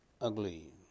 ugly